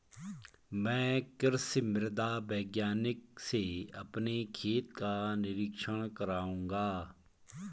मैं कृषि मृदा वैज्ञानिक से अपने खेत का निरीक्षण कराऊंगा